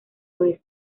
oeste